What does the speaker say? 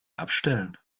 abstellen